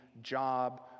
job